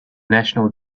national